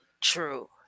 True